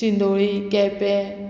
Shindoli Quepem